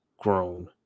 grown